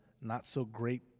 not-so-great